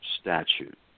statute